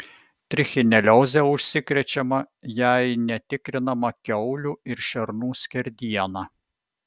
trichinelioze užsikrečiama jei netikrinama kiaulių ir šernų skerdiena